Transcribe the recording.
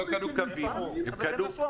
הם לא קנו קווים, הם קנו